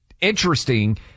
interesting